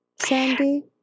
Sandy